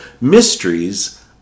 mysteries